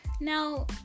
Now